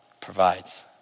provides